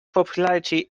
popularity